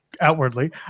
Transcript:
outwardly